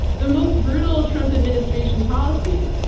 the most brutal trump administration policies,